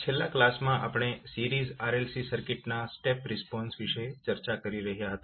છેલ્લા કલાસ માં આપણે સીરીઝ RLC સર્કિટ ના સ્ટેપ રિસ્પોન્સ વિશે ચર્ચા કરી રહ્યા હતા